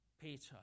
Peter